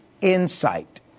insight